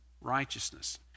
righteousness